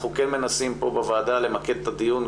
אנחנו כן מנסים פה בוועדה למקד את הדיון,